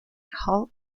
hall